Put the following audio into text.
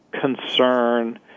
concern